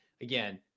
Again